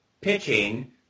pitching